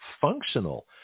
functional